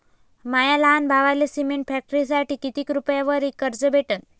माया लहान भावाले सिमेंट फॅक्टरीसाठी कितीक रुपयावरी कर्ज भेटनं?